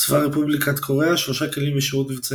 צבא רפובליקת קוריאה – 3 כלים בשירות מבצעי.